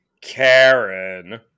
Karen